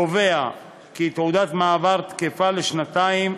קובע כי תעודת מעבר תקפה לשנתיים,